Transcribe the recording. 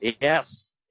Yes